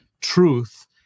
truth